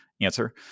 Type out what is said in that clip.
answer